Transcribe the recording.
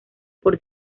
por